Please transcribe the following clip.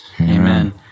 Amen